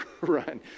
run